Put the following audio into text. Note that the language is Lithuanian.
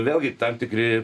vėlgi tam tikri